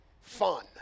fun